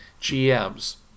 GMs